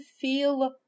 feel